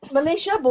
Malaysia